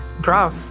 Draw